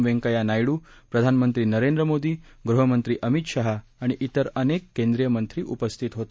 वैंकय्या नायडू प्रधानमंत्री नरेंद्र मोदी गृहमंत्री अमित शहा आणि इतर अनेक केंद्रीय मंत्री उपस्थित होते